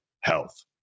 health